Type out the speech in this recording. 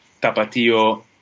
Tapatio